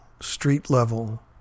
street-level